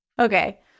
Okay